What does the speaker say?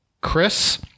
Chris